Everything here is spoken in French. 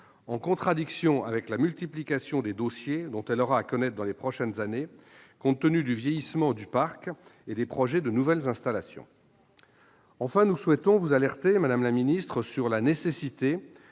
en contradiction avec la multiplication des dossiers dont elle aura à connaître dans les prochaines années, compte tenu du vieillissement du parc et des projets de nouvelles installations. Enfin, nous souhaitons vous alerter, madame la ministre, sur la nécessité